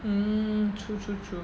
mm true true true